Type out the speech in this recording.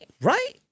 Right